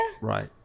Right